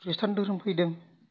ख्रिस्टान धोरोम फैदों